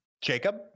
Jacob